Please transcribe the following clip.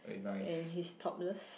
and he's topless